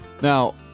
Now